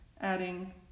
adding